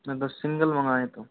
मैं बस सिंगल मँगा लेता हूँ